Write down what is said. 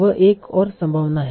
वह एक और संभावना है